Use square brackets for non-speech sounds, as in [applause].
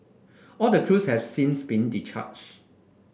all the crews have since been [unintelligible]